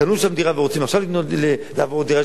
קנו שם דירה ורוצים עכשיו לעבור דירה,